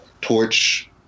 torch